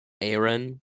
Aaron